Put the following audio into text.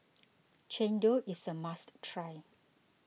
Chendol is a must try